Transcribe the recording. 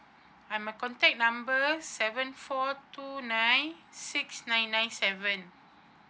and my contact number seven four two nine six nine nine seven